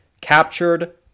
captured